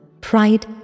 Pride